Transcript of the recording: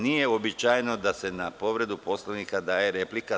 Nije uobičajeno da se na povredu Poslovnika daje replika.